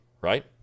right